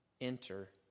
enter